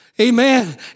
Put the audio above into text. Amen